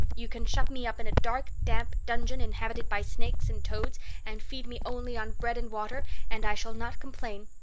you can shut me up in a dark, damp dungeon inhabited by snakes and toads and feed me only on bread and water and i shall not complain.